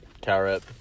carrot